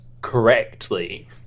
correctly